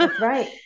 right